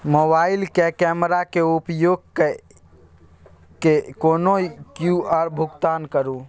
मोबाइलक कैमराक उपयोग कय कए कोनो क्यु.आर भुगतान करू